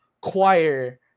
choir